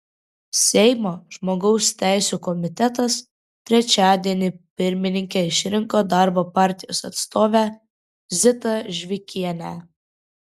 seimo žmogaus teisių komitetas trečiadienį pirmininke išrinko darbo partijos atstovę zitą žvikienę